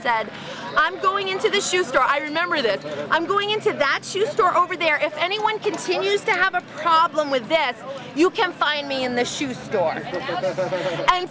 said i'm going into the shoe store i remember that i'm going into that shoe store over there if anyone could see it used to have a problem with this you can find me in the shoe store i